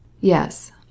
Yes